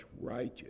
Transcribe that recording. righteous